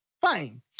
fine